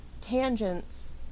tangents